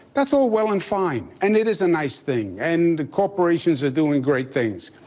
that's all well and fine and it is a nice thing and the corporations are doing great things.